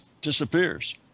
disappears